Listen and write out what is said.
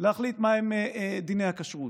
להחליט מהם דיני הכשרות.